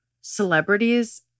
celebrities